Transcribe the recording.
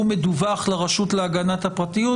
הוא מדווח לרשות להגנת הפרטיות,